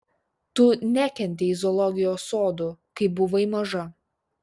tu nekentei zoologijos sodų kai buvai maža